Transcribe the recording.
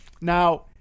Now